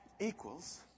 equals